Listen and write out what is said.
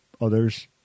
others